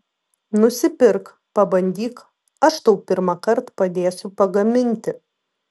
nusipirk pabandyk aš tau pirmąkart padėsiu pagaminti